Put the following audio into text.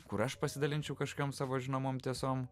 kur aš pasidalinčiau kažkokiom savo žinomom tiesom